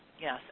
Yes